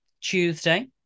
Tuesday